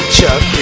Chuck